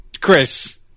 Chris